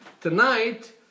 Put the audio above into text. Tonight